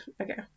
Okay